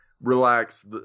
Relax